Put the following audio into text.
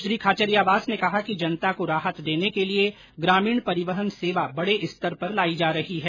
श्री खाचरियावास ने कहा कि जनता को राहत देने के लिए ग्रामीण परिवहन सेवा बड़े स्तर पर लायी जा रही है